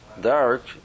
dark